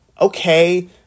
okay